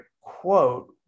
quote